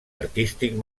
artístic